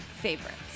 favorites